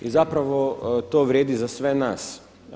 I zapravo to vrijedi za sve nas.